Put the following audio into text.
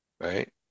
Right